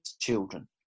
children